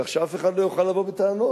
כך שאף אחד לא יוכל לבוא בטענות,